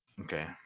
Okay